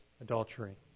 adultery